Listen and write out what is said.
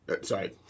Sorry